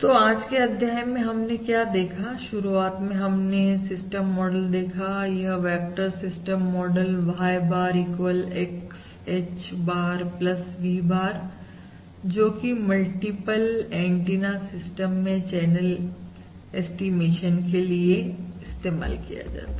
तो आज के अध्याय में हमने क्या देखा शुरुआत में हमने सिस्टम मॉडल देखा यह vector system model Y bar equal XH bar V bar जोकि मल्टीपल एंटीना सिस्टम में चैनल स्टेशन के लिए इस्तेमाल किया जाता है